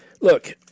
look